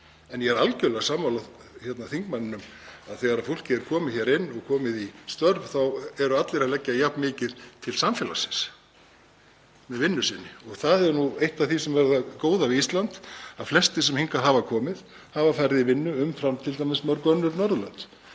En ég er algjörlega sammála þingmanninum um að þegar fólk er komið hingað inn og komið í störf þá eru allir að leggja jafn mikið til samfélagsins með vinnu sinni. Það er nú eitt af því sem er það góða við Ísland, að flestir sem hingað hafa komið hafa farið í vinnu umfram t.d. mörg önnur Norðurlönd.